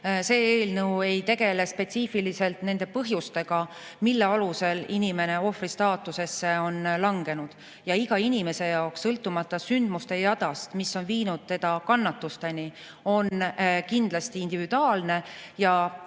see eelnõu ei tegele spetsiifiliselt nende põhjustega, mille tõttu inimene ohvri staatusesse on langenud. Iga inimese puhul, sõltumata sündmuste jadast, mis on viinud teda kannatusteni, on [olukord] kindlasti individuaalne,